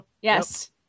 Yes